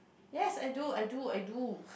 yes I do I do I do